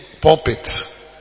pulpit